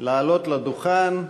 לעלות לדוכן,